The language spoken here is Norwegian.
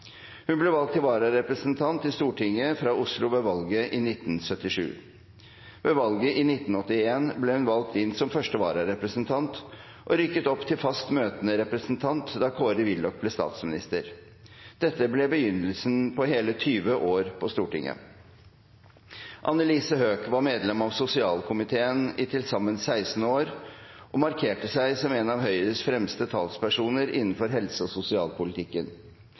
Hun ble valgt til vararepresentant til Stortinget fra Oslo ved valget i 1977. Ved valget i 1981 ble hun valgt inn som 1. vararepresentant og rykket opp til fast møtende representant da Kåre Willoch ble statsminister. Dette ble begynnelsen på hele 20 år på Stortinget. Annelise Høegh var medlem av sosialkomiteen i til sammen 16 år og markerte seg som en av Høyres fremste talspersoner innenfor helse- og sosialpolitikken.